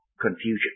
confusion